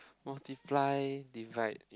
multiply divide